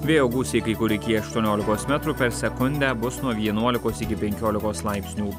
vėjo gūsiai kai kur iki aštuoniolikos metrų per sekundę bus nuo vienuolikos iki penkiolikos laipsnių